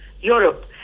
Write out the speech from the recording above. Europe